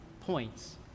points